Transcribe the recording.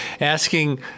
asking